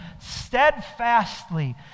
steadfastly